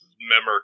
memory